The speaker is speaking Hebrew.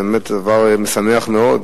זה באמת דבר משמח מאוד.